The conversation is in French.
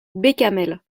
bécamel